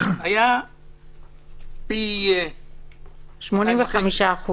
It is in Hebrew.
היה פי --- 85%.